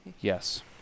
Yes